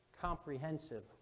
comprehensive